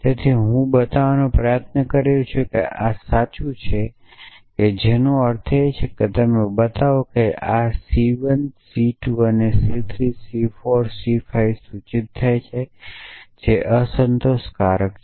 તેથી હું બતાવવાનો પ્રયાસ કરી રહ્યો છું કે આ સાચું છે જેનો અર્થ છે કે તમે બતાવો કે આ C 1 અને C 2 અને C 3 અને C 4 અને C 5 સૂચિત T છે જે અસ્વીકાર્ય નથી